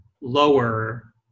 lower